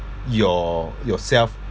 your yourself